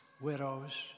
widows